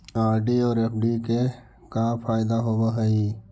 RD और FD के का फायदा होव हई?